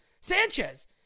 Sanchez